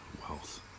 wealth